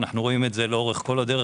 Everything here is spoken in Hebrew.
רואים זאת לאורך כל הדרך,